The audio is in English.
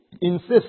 insist